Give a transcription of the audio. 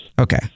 Okay